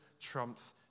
trumps